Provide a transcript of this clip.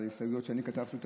הסתייגויות שאני כתבתי,